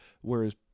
whereas